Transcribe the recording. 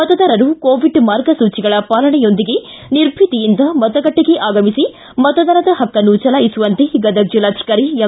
ಮತದಾರರು ಕೋವಿಡ್ ಮಾರ್ಗಸೂಚಿಗಳ ಪಾಲನೆಯೊಂದಿಗೆ ನಿರ್ಭೀತಿಯಿಂದ ಮತಗಟ್ಟಿಗೆ ಆಗಮಿಸಿ ಮತದಾನದ ಹಕನ್ನು ಚಲಾಯಿಸುವಂತೆ ಗದಗ್ ಜಿಲ್ಲಾಧಿಕಾರಿ ಎಂ